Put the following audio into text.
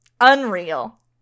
unreal